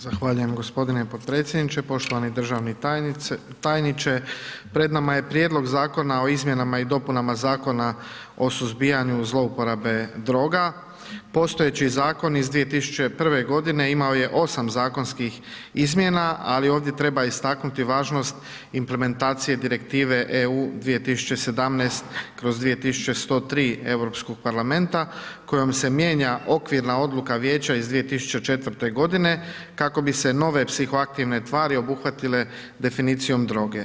Zahvaljujem gospodine podpredsjedniče, poštovani državni tajniče pred nama je Prijedlog Zakona o izmjenama i dopunama Zakona o suzbijanju zlouporabe droga, postojeći zakon iz 2001. godine imao je 8 zakonskih izmjena, ali ovdje treba istaknuti važnost implementacije Direktive EU 2017/2103 Europskog parlamenta kojom se mijenja okvirna odluka Vijeća iz 2004. godine kako bi se nove psihoaktivne tvari obuhvatile definicijom droge.